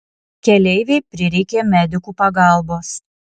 keleivei prireikė medikų pagalbos